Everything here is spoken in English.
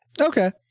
Okay